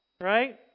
Right